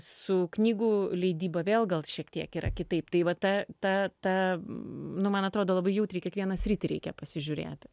su knygų leidyba vėl gal šiek tiek yra kitaip tai va ta ta ta nu man atrodo labai jautriai kiekvieną sritį reikia pasižiūrėti